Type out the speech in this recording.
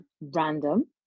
random